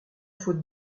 faute